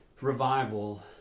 revival